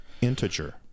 integer